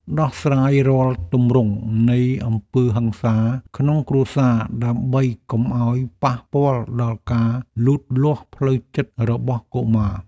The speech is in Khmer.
ដោះស្រាយរាល់ទម្រង់នៃអំពើហិង្សាក្នុងគ្រួសារដើម្បីកុំឱ្យប៉ះពាល់ដល់ការលូតលាស់ផ្លូវចិត្តរបស់កុមារ។